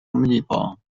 minibar